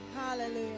hallelujah